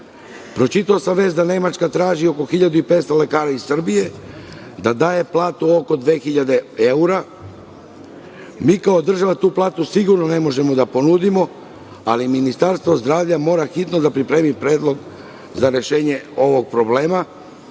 Pročitao sam vest da Nemačka traži oko 1500 lekara iz Srbije, da daje platu oko 2000 evra. Mi kao država sigurno tu platu ne možemo da ponudimo, ali Ministarstvo zdravlja mora hitno da pripremi predlog za rešenje ovog problema,